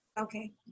okay